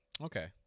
Okay